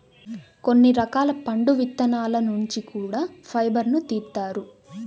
కొన్ని రకాల పండు విత్తనాల నుంచి కూడా ఫైబర్ను తీత్తారు